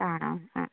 ആണോ ആ ആ